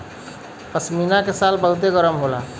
पश्मीना के शाल बहुते गरम होला